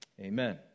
Amen